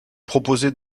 proposez